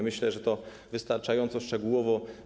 Myślę, że to wystarczająco szczegółowo.